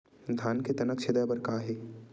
धान के तनक छेदा बर का हे?